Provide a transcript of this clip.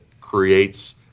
creates